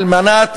על מנת